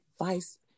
advice